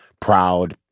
proud